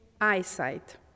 eyesight